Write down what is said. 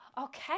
okay